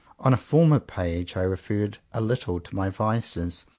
on a former page i referred a little to my vices,